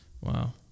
Wow